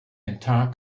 entire